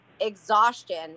exhaustion